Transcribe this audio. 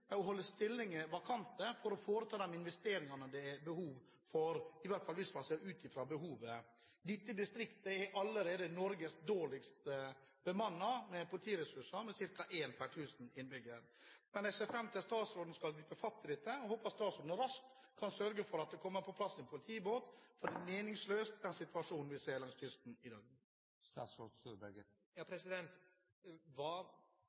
å holde stillinger vakante for å foreta de investeringene det er behov for, i hvert fall hvis man ser ut fra behovet. Dette distriktet er allerede Norges dårligst bemannede når det gjelder politiressurser, med ca. 1 per 1 000 innbyggere. Jeg ser fram til at statsråden skal gripe fatt i dette. Jeg håper statsråden raskt kan sørge for at det kommer på plass en politibåt, for den situasjonen vi ser langs kysten i dag, er meningsløs. Hva